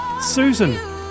Susan